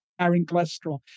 cholesterol